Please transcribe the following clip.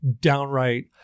downright